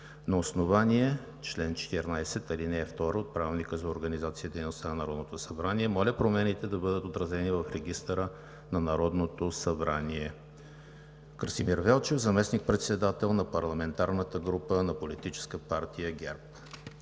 на основание чл. 14, ал. 2 от Правилника за организацията и дейността на Народното събрание. Моля промените да бъдат отразени в регистъра на Народното събрание. Красимир Велчев – заместник-председател на парламентарната група на Политическа партия ГЕРБ.“